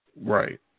Right